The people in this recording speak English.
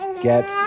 Get